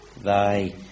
Thy